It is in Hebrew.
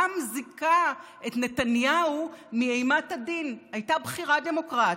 העם זיכה את נתניהו מאימת הדין: הייתה בחירה דמוקרטית,